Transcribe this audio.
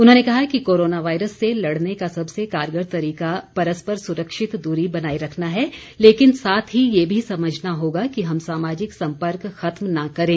उन्होंने कहा कि कोरोना वायरस से लड़ने का सबसे कारगर तरीका परस्पर सुरक्षित दूरी बनाए रखना है लेकिन साथ ही ये भी समझना होगा कि हम सामाजिक संपर्क खत्म न करें